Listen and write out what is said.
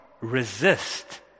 resist